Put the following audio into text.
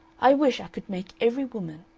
i wish i could make every woman,